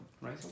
Right